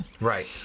Right